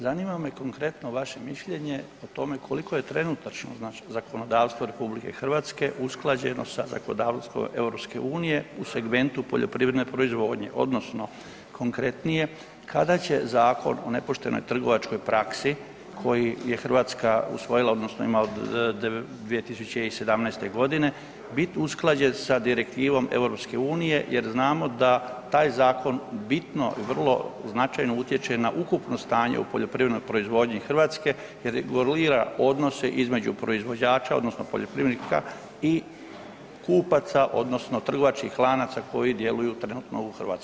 Zanima me konkretno vaše mišljenje o tome koliko je trenutačno zakonodavstvo RH usklađeno sa zakonodavstvom EU u segmentu poljoprivredne proizvodnje odnosno konkretnije, kada će zakon o nepoštenoj trgovačkoj praksi koji je Hrvatska usvojila odnosno ima od 2017.g. bit usklađen sa direktivom EU jer znamo da taj zakon bitno, vrlo značajno utječe na ukupno stanje u poljoprivrednoj proizvodnji Hrvatske jer regulira odnose između proizvođača odnosno poljoprivrednika i kupaca odnosno trgovačkih lanaca koji djeluju trenutno u Hrvatskoj.